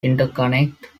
interconnect